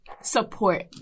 support